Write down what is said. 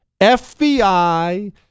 FBI